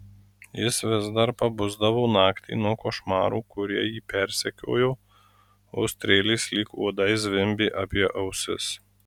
jis vis dar pabusdavo naktį nuo košmarų kurie jį persekiojo o strėlės lyg uodai zvimbė apie ausis